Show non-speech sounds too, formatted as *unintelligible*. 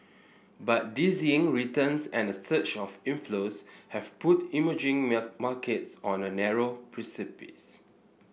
but dizzying returns and a surge of inflows have put emerging *unintelligible* markets on a narrow precipice